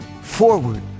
Forward